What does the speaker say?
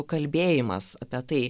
kalbėjimas apie tai